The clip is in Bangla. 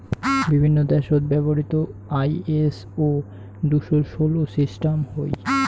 বিভিন্ন দ্যাশত ব্যবহৃত আই.এস.ও দুশো ষোল সিস্টাম হই